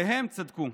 הם צדקו.